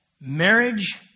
marriage